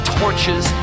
torches